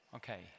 Okay